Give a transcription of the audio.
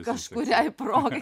kažkuriai progai